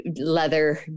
leather